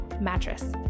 mattress